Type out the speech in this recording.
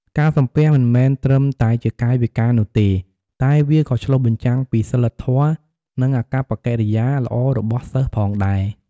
ការសំពះមិនមែនត្រឹមតែជាកាយវិការនោះទេ តែវាក៏ឆ្លុះបញ្ចាំងពីសីលធម៌ និងអាកប្បកិរិយាល្អរបស់សិស្សផងដែរ។